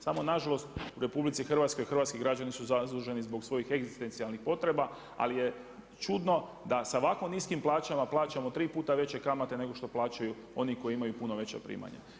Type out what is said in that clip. Samo nažalost, RH, hrvatski građani su zaduženi zbog svoji egzistencijalnih potreba, ali je čudno da s ovako niskim plaćama plaćamo, 3 puta veće kamate nego što plaćaju oni koji imaju puno veća primanja.